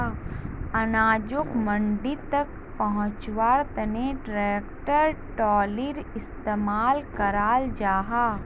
अनाजोक मंडी तक पहुन्च्वार तने ट्रेक्टर ट्रालिर इस्तेमाल कराल जाहा